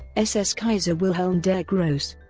ss kaiser wilhelm der grosse